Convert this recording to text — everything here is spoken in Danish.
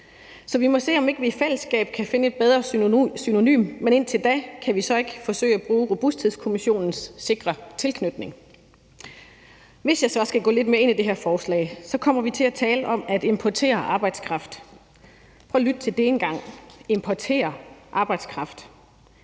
Så vi må se, om vi ikke i fællesskab kan finde et bedre synonym, men indtil da kan vi så ikke forsøge at bruge Robusthedskommissionens »sikre tilknytning«? Hvis jeg så skal gå lidt mere ind i det her forslag, kommer vi til at tale om at importere arbejdskraft. Prøv at lytte til det en gang – importere arbejdskraft.